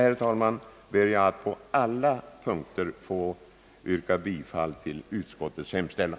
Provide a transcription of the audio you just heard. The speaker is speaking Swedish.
Med detta ber jag att på alla punkter få yrka bifall till utskottets hemställan.